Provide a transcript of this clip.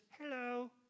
hello